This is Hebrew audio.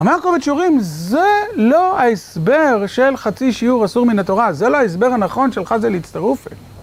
אמר קומץ שיעורים, זה לא ההסבר של חצי שיעור אסור מן התורה, זה לא ההסבר הנכון של חזי להצטרופי.